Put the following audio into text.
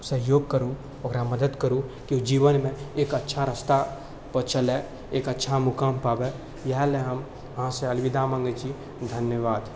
सहयोग करू ओकरा मदद करू कि ओ जीवनमे एक अच्छा रस्तापर चलै एक अच्छा मुकाम पाबै इएह लए हम अहाँसँ अलविदा माँगै छी धन्यवाद